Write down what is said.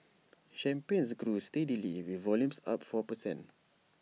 champagnes grew steadily with volumes up four per cent